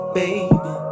baby